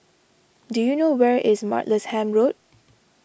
do you know where is Martlesham Road